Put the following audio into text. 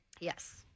Yes